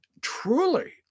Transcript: truly